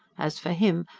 as for him,